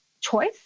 choice